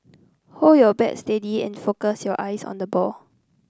hold your bat steady and focus your eyes on the ball